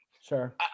sure